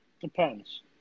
Depends